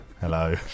Hello